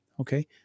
okay